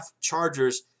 chargers